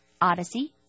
Odyssey